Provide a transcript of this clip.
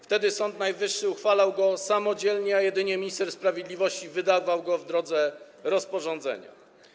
Wtedy Sąd Najwyższy uchwalał go samodzielnie, a minister sprawiedliwości wydawał go w drodze rozporządzenia.